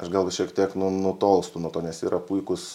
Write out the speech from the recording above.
aš gal šiek tiek nu nutolstu nuo to nes yra puikūs